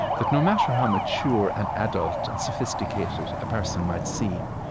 that no matter how mature and adult and sophisticated a person might seem,